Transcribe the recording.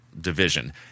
division